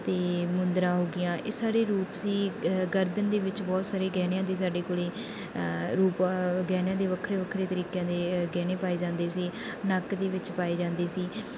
ਅਤੇ ਮੁੰਦਰਾਂ ਹੋ ਗਈਆਂ ਇਹ ਸਾਰੇ ਰੂਪ ਸੀ ਗਰਦਨ ਦੇ ਵਿੱਚ ਬਹੁਤ ਸਾਰੇ ਗਹਿਣਿਆਂ ਦੇ ਸਾਡੇ ਕੋਲ ਰੂਪ ਗਹਿਣਿਆਂ ਦੇ ਵੱਖਰੇ ਵੱਖਰੇ ਤਰੀਕਿਆਂ ਦੇ ਗਹਿਣੇ ਪਾਏ ਜਾਂਦੇ ਸੀ ਨੱਕ ਦੇ ਵਿੱਚ ਪਾਏ ਜਾਂਦੇ ਸੀ